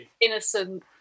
innocent